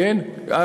אז,